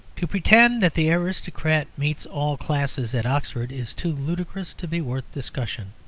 to pretend that the aristocrat meets all classes at oxford is too ludicrous to be worth discussion.